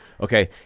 Okay